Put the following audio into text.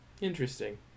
interesting